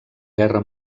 guerra